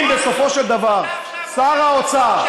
שאם בסופו של דבר שר האוצר,